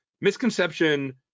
misconception